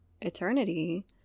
eternity